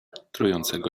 trującego